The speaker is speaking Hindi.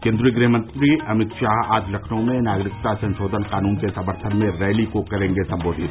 केन्द्रीय गृह मंत्री अमित शाह आज लखनऊ में नागरिकता संशोधन कानून के समर्थन में रैली को करेंगे सम्बोधित